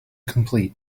complete